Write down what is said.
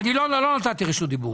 לקופות.